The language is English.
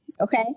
okay